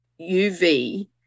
uv